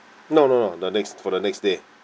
no no no the next for the next day